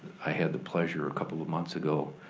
i had the pleasure a couple of months ago